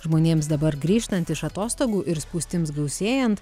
žmonėms dabar grįžtant iš atostogų spūstims gausėjant